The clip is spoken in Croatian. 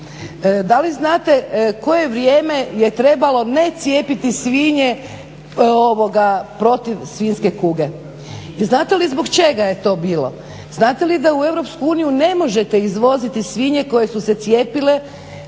Da li znate koje vrijeme je trebalo ne cijepiti svinje protiv svinjske kuge i znate li zbog čega je to bilo? Znate li da u EU ne možete izvoziti svinje koje su se cijepile